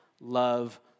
love